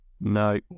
no